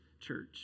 church